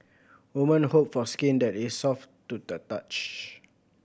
women hope for skin that is soft to the touch